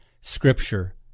Scripture